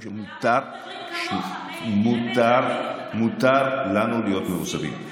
מותר לנו להיות מאוכזבים.